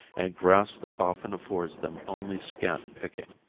and grass that often affords them only scant picking.